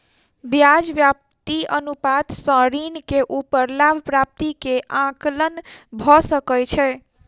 ब्याज व्याप्ति अनुपात सॅ ऋण के ऊपर लाभ प्राप्ति के आंकलन भ सकै छै